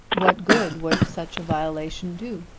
what good would such a violation do?